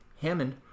Hammond